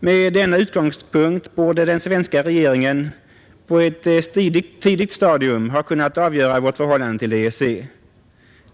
Med denna utgångspunkt borde den svenska regeringen på ett tidigt stadium ha kunnat avgöra vårt förhållande till EEC.